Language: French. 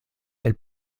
elle